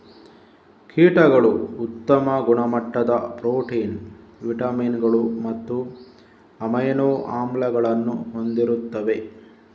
ಕೀಟಗಳು ಉತ್ತಮ ಗುಣಮಟ್ಟದ ಪ್ರೋಟೀನ್, ವಿಟಮಿನುಗಳು ಮತ್ತು ಅಮೈನೋ ಆಮ್ಲಗಳನ್ನು ಹೊಂದಿರುತ್ತವೆ